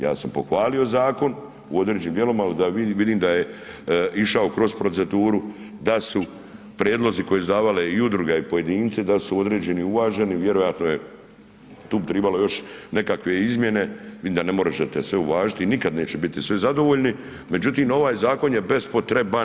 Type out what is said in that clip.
Ja sam pohvalio zakon u određenim dijelovima, ali vidim da je išao kroz proceduru, da su prijedlozi koje su davale i udruge i pojedinci da su određeni uvaženi, vjerojatno je, tu bi tribalo još nekakve izmjene, vidim da ne možete sve uvažiti i nikad neće biti svi zadovoljni, međutim, ovaj zakon je bes-po-tre-ban.